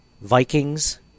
Vikings